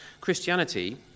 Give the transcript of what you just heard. Christianity